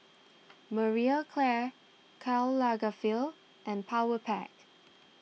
Marie Claire Karl Lagerfeld and Powerpac